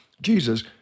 Jesus